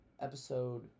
episode